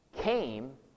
came